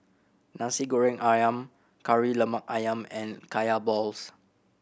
Nasi Goreng Ayam Kari Lemak Ayam and Kaya balls